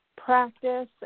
practice